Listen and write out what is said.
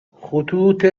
خطوط